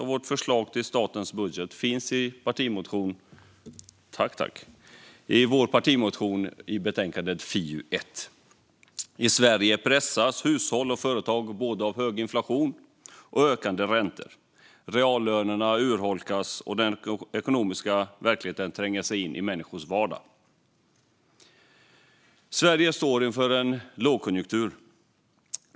Och vårt förslag till statens budget finns i vår partimotion, som behandlas i betänkandet FiU1. I Sverige pressas hushåll och företag både av hög inflation och av ökande räntor. Reallönerna urholkas, och den ekonomiska verkligheten tränger sig in i människors vardag. Sverige står inför en lågkonjunktur.